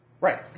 Right